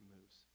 moves